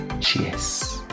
cheers